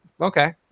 Okay